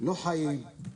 לא חיים.